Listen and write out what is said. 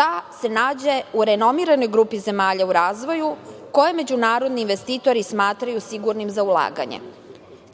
da se nađe u renomiranoj grupi zemalja u razvoju koji međunarodni investitori smatraju sigurnim za ulaganje.